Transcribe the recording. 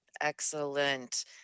Excellent